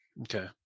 okay